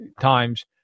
times